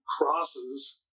crosses